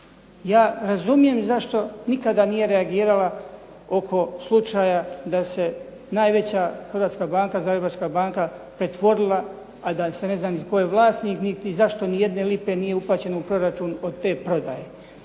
Ja razumijem zašto nikada nije reagirala oko slučaja da se najveća hrvatska banka Zagrebačka banka pretvorila, a da se ne zna ni tko je vlasnik, niti zašto ni jedne lipe nije uplaćeno u proračun od te prodaje.